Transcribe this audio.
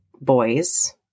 boys